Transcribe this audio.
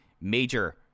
major